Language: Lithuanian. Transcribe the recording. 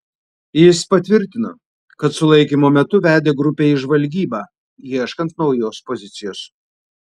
jis patvirtino kad sulaikymo metu vedė grupę į žvalgybą ieškant naujos pozicijos